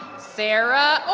sarah orr,